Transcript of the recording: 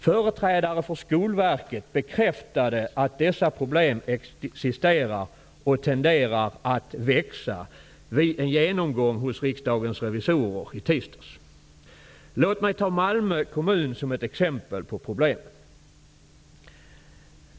Företrädare för Skolverket bekräftade vid en genomgång hos riksdagens revisorer i tisdags att dessa problem existerar och tenderar att växa. Låt mig ta Malmö kommun som ett exempel på problemen.